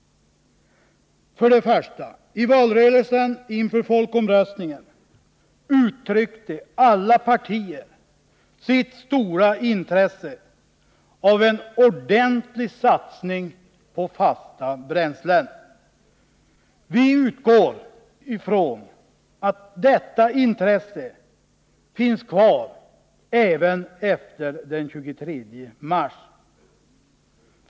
För det första: i valrörelsen inför folkomröstningen uttryckte alla partier sitt stora intresse för en ordentlig satsning på fasta bränslen. Vi utgår ifrån att 147 detta intresse finns kvar även efter den 23 mars.